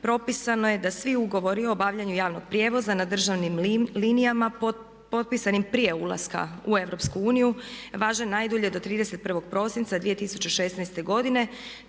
propisano je da svi ugovori o obavljanju javnog prijevoza na državnim linijama potpisanim prije ulaska u EU važe najdulje do 31.prosinca 2016.godine